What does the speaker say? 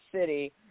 city